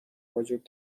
وجود